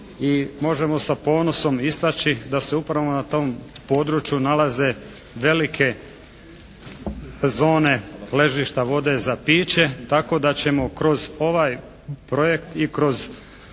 možemo sa ponosom istaći da se upravo na tom području nalaze velike zone ležišta vode za piće tako da ćemo kroz ovaj projekt i kroz